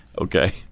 Okay